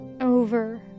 over